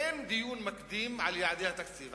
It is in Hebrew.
אין דיון מקדים על יעדי התקציב,